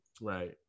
Right